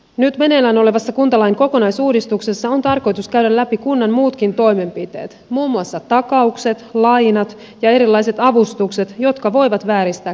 nyt meneillään olevassa kuntalain kokonaisuudistuksessa on tarkoitus käydä läpi kunnan muutkin toimenpiteet muun muassa takaukset lainat ja erilaiset avustukset jotka voivat vääristää kilpailua markkinoilla